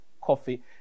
Coffee